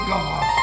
God